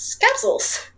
capsules